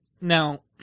Now